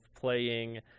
playing